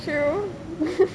true